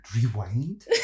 rewind